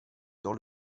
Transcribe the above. dans